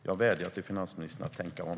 Jag vädjar till finansministern att tänka om.